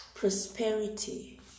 Prosperity